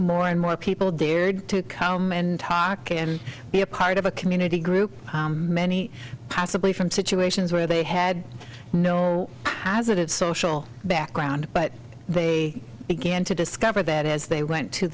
more and more people dared to come and talk and be a part of a community group many possibly from situations where they had no positive social background but they began to discover that as they went to